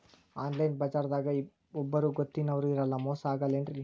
Online ಬಜಾರದಾಗ ಒಬ್ಬರೂ ಗೊತ್ತಿನವ್ರು ಇರಲ್ಲ, ಮೋಸ ಅಗಲ್ಲೆನ್ರಿ?